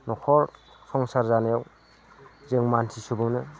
न'खर संसार जानायाव जों मानसि सुबुंनो